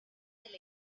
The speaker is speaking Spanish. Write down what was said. del